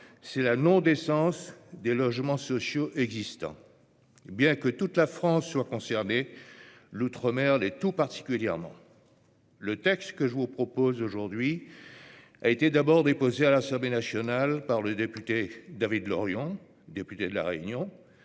: la non-décence des logements sociaux existants. Bien que toute la France soit concernée, l'outre-mer l'est tout particulièrement. Le texte que je vous propose aujourd'hui a d'abord été déposé à l'Assemblée nationale par l'ancien député de La Réunion